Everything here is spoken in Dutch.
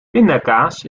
pindakaas